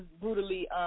brutally